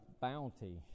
bounty